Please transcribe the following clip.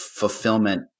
Fulfillment